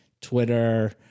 Twitter